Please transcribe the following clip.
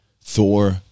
Thor